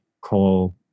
call